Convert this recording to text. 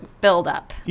buildup